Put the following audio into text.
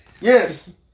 Yes